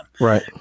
right